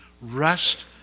Rest